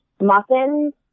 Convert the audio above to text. muffins